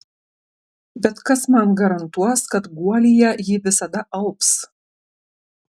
bet kas man garantuos kad guolyje ji visada alps